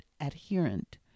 adherent